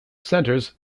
centers